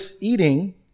eating